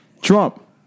Trump